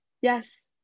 yes